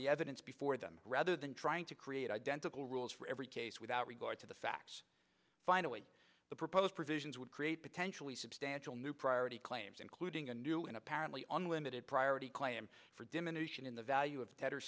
the evidence before them rather than trying to create identical rules for every case without regard to the facts finally the proposed provisions would create potentially substantial new priority claims including a new and apparently unlimited priority claim for diminution in the value of